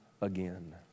again